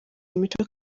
imico